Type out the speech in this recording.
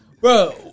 Bro